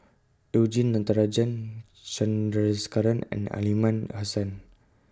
YOU Jin Natarajan Chandrasekaran and Aliman Hassan